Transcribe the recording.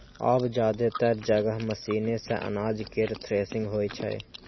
आब जादेतर जगह मशीने सं अनाज केर थ्रेसिंग होइ छै